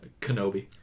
Kenobi